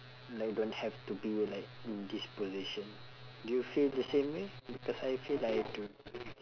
like don't have to be like in this position do you feel the same way because I feel like I do